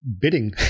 bidding